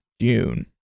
june